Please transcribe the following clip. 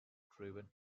driven